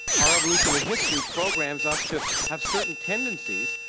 our evolutional history programs us to have certain tendencies.